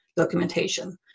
Documentation